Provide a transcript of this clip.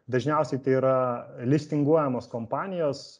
dažniausiai tai yra listinguojamos kompanijos